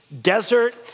desert